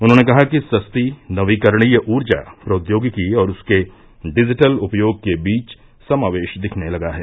उन्होंने कहा कि सस्ती नवीकरणीय ऊर्जा प्रौद्योगिकी और उसके डिजिटल उपयोग के बीच समावेश दिखने लगा है